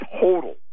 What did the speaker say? total